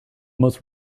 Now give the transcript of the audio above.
most